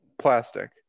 plastic